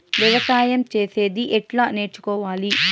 వ్యవసాయం చేసేది ఎట్లా నేర్చుకోవాలి?